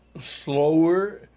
slower